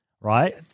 right